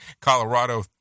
Colorado